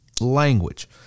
language